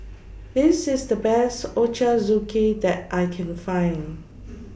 This IS The Best Ochazuke that I Can Find